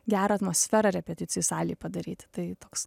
gerą atmosferą repeticijų salėj padaryti tai toks